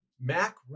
Mac